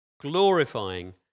glorifying